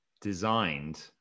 designed